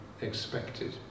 expected